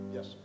Yes